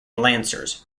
lancers